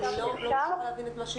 אני לא מצליחה להבין את מה שהיא אומרת.